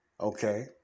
Okay